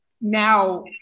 Now